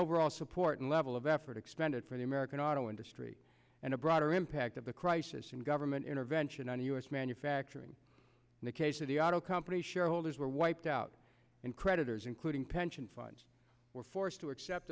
overall support and level of effort expended for the american auto industry and a broader impact of the isis and government intervention on u s manufacturing in the case of the auto company shareholders were wiped out and creditors including pension funds were forced to accept